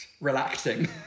Relaxing